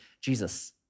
Jesus